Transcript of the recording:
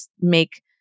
make